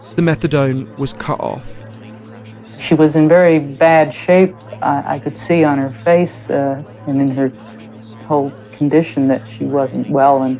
the methadone was cut off she was in very bad shape. i could see on her face and in in her whole condition that she wasn't well, and